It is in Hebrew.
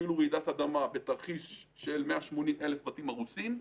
אפילו רעידת אדמה, בתרחיש של 180,000 בתים הרוסים,